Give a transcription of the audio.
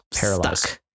Paralyzed